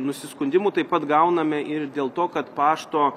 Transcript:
nusiskundimų taip pat gauname ir dėl to kad pašto